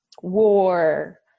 war